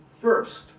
First